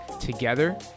Together